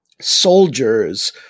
soldiers